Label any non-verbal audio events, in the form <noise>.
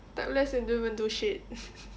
type less and don't even do shit <laughs>